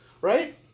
Right